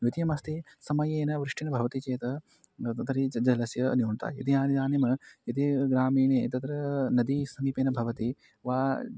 द्वितीयमस्ति समये न वृष्टिर्भवति चेत् तर्हि ज जलस्य न्यूनता यदि या इदानीं यदि ग्रामीणे तत्र नदी समीपे न भवति वा